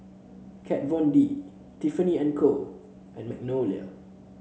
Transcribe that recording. Kat Von D Tiffany And Co and Magnolia